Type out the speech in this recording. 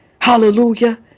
Hallelujah